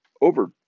over